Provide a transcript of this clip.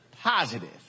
positive